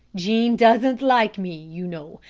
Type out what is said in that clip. jean doesn't like me, you know,